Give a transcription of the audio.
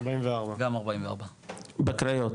גם 44. בקריות?